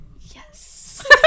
Yes